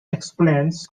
explains